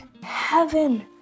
heaven